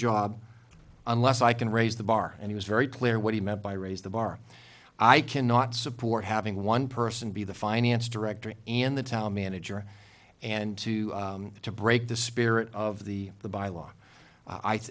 job unless i can raise the bar and he was very clear what he meant by raise the bar i cannot support having one person be the finance director and the town manager and two to break the spirit of the the bylaw i